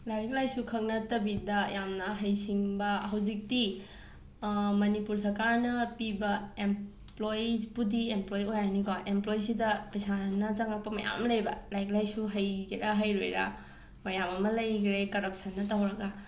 ꯂꯥꯏꯔꯤꯛ ꯂꯥꯏꯁꯨ ꯈꯛ ꯅꯠꯇꯕꯤꯗ ꯌꯥꯝꯅ ꯍꯩꯁꯤꯡꯕ ꯍꯧꯖꯤꯛꯇꯤ ꯃꯥꯅꯤꯄꯨꯔ ꯁꯔꯀꯥꯔꯅ ꯄꯤꯕ ꯑꯦꯝꯄ꯭ꯂꯣꯌꯤꯁꯄꯨꯗꯤ ꯑꯦꯝꯄ꯭ꯂꯣꯌꯤ ꯑꯣꯏꯔꯅꯤꯀꯣ ꯑꯦꯝꯄ꯭ꯂꯣꯌꯤꯁꯤꯗ ꯄꯩꯁꯥꯅ ꯆꯪꯉꯛꯄ ꯃꯌꯥꯝ ꯂꯩꯕ ꯂꯥꯏꯔꯤꯛ ꯂꯥꯏꯁꯨ ꯍꯩꯒꯦꯔ ꯍꯩꯔꯣꯏꯔ ꯃꯌꯥꯝ ꯑꯃ ꯂꯩꯈꯔꯦ ꯀꯔꯞꯁꯟꯅ ꯇꯧꯔꯒ